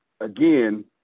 again